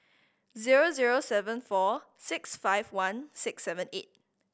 zero zero seven four six five one six seven eight